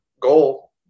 goal